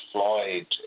Floyd